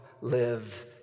live